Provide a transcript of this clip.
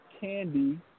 Candy